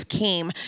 came